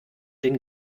den